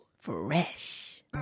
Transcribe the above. Fresh